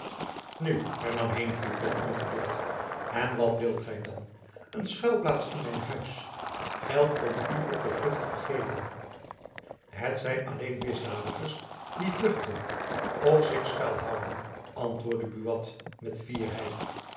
nu hernam heenvliet met ongeduld en wat wilt gy dan een schuilplaats in mijn huis geld om u op de vlucht te begeven het zijn alleen misdadigers die vluchten of zich schuil houden antwoordde buat met fierheid